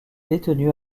détenu